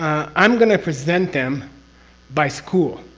i'm going to present them by school.